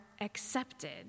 accepted